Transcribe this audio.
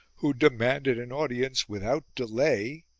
who demanded an audience without delay,